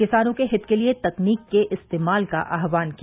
किसानों के हित के लिए तकनीक के इस्तेमाल का आह्वान किया